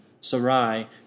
Sarai